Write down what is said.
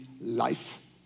life